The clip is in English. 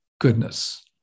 goodness